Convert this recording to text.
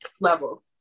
level